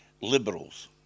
liberals